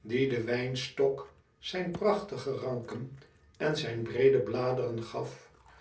die den wijnstok zijn prachtige ranken en zijn breede bladeren gaf